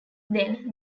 then